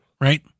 right